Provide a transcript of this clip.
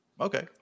Okay